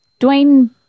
Dwayne